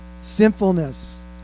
sinfulness